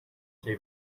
şey